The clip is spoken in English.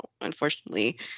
unfortunately